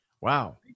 Wow